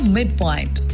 Midpoint